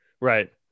Right